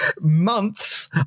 months